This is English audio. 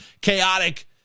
chaotic